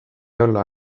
olla